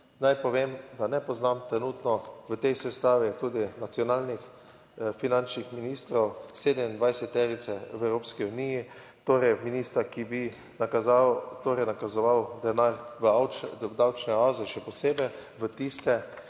Naj povem, da ne poznam trenutno v tej sestavi tudi nacionalnih finančnih ministrov 27-erice v Evropski uniji, torej ministra, ki bi nakazoval, torej nakazoval denar v davčne oaze, še posebej v tiste,